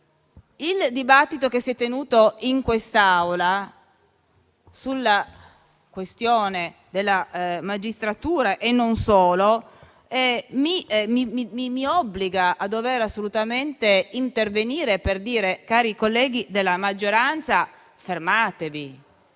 il dibattito che si è tenuto in quest'Aula, sulla questione della magistratura e non solo, mi obbliga a intervenire per dire: cari colleghi della maggioranza, fermatevi.